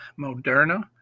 Moderna